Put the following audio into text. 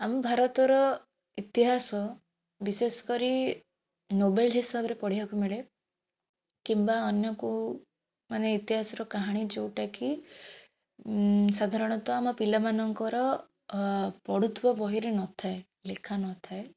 ଆମ ଭାରତର ଇତିହାସ ବିଶେଷ କରି ନୋବେଲ ହିସାବରେ ପଢ଼ିବାକୁ ମିଳେ କିମ୍ବା ଅନ୍ୟ କେଉଁମାନେ ଇତିହାସର କାହାଣୀ ଯେଉଁଟାକି ସାଧାରଣତଃ ଆମ ପିଲାମାନଙ୍କର ପଢ଼ୁଥିବା ବହିରେ ନଥାଏ ଲେଖାନଥାଏ